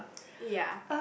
ya